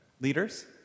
Leaders